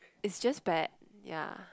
it's just bad yea